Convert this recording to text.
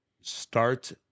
start